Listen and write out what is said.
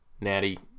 natty